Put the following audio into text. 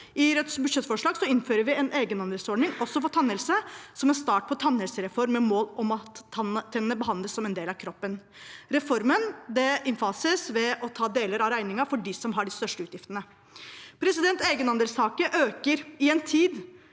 I Rødts budsjettforslag innfører vi en egenandelsordning også for tannhelse, som en start på en tannhelsereform med mål om at tennene behandles som en del av kroppen. Reformen innfases ved å ta deler av regningen for dem som har de største utgiftene. Egenandelstaket øker i en tid